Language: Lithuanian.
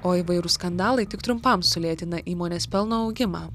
o įvairūs skandalai tik trumpam sulėtina įmonės pelno augimą